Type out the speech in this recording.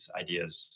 ideas